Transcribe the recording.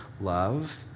love